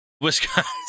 Wisconsin